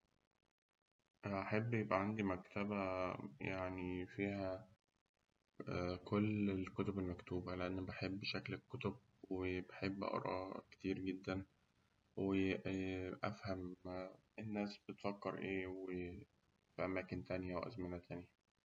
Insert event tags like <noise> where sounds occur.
أحب يبقى عندي مكتبة <hesitation> فيها كل الكتب المكتوبة لأن بحب شكل الكتب وبحب أقرأ كتير جداً، وأفهم الناس بتفكر إيه وأماكن تانية وأزمنة تانية.